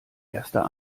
erster